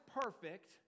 perfect